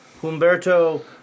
Humberto